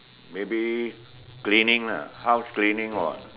maybe cleaning lah house cleaning or